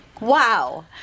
Wow